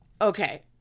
Okay